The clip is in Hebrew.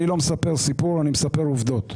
אני לא מספר סיפור, אני מספר עובדות.